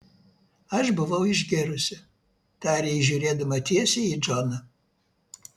aš buvau išgėrusi tarė ji žiūrėdama tiesiai į džoną